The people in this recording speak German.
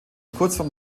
kurzform